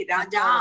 Raja